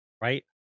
Right